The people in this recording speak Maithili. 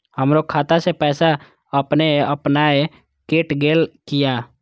हमरो खाता से पैसा अपने अपनायल केट गेल किया?